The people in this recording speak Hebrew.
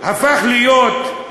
הפך להיות,